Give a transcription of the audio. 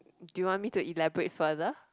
do you want me to elaborate further